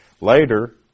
Later